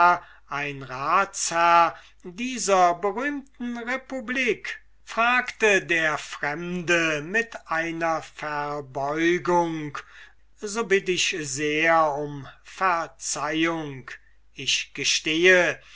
ein ratsherr dieser berühmten republik fragte der fremde mit einer verbeugung so bitte ich sehr um verzeihung ich gestehe